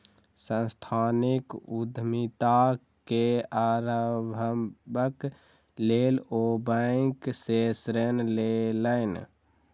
सांस्थानिक उद्यमिता के आरम्भक लेल ओ बैंक सॅ ऋण लेलैन